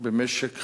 במשך